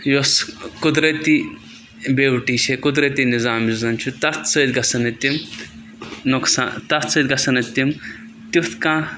یۄس قُدرتی بیوٹی چھِ قُدرتی نِظام یُس زَن چھُ تَتھ سۭتۍ گژھن نہٕ تِم نۄقصان تَتھ سۭتۍ گژھن نہٕ تِم تیُتھ کانٛہہ